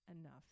enough